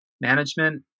management